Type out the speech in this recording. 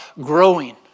growing